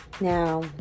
Now